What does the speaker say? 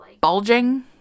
bulging